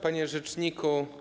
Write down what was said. Panie Rzeczniku!